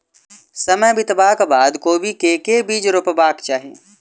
समय बितबाक बाद कोबी केँ के बीज रोपबाक चाहि?